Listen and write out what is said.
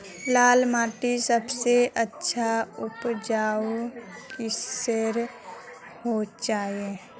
लाल माटित सबसे अच्छा उपजाऊ किसेर होचए?